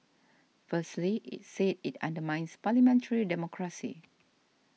firstly it said it undermines parliamentary democracy